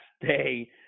day